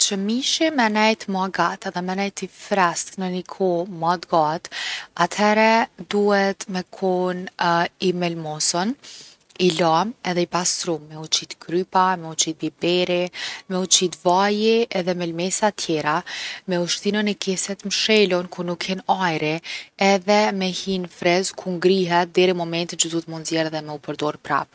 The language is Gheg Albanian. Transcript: Që mishi me nejt ma gat edhe me nejt i freskt në ni kohë ma t’gatë, atëhere duhet me kon i melmosun, i lam edhe i pastrum, me u qit kryva, me u qit biberi, me u qit vaji edhe melmesat tjera. Me u shti në ni kese t’mshelun ku nuk hin ajri edhe me hi n’friz ku ngrihet deri n’momentin që duhet mu nxjerr e mu përdor prap.